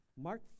Mark